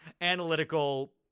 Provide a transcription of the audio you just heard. analytical